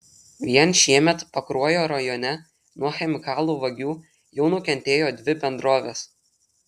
vien šiemet pakruojo rajone nuo chemikalų vagių jau nukentėjo dvi bendrovės